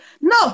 no